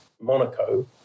Monaco